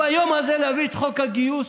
ביום הזה להביא את חוק הגיוס,